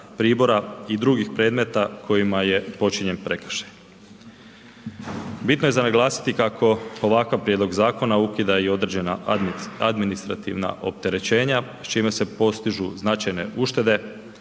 pribora i drugih predmeta kojima je počinjen prekršaj. Bitno je za naglasiti kako ovakav prijedlog zakona ukida i određena administrativna opterećenja s čime se postižu značajne uštede